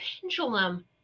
pendulum